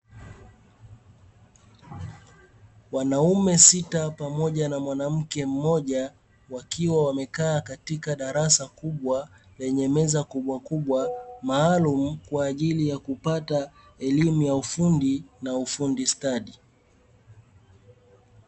Wanaume sita pamoja na mwanamke mmoja wakiwa wamekaa katika darasa kubwa lenye meza kubwa kubwa maalumu kwa ajili ya kupata elimu ya ufundi na ufundi stadi.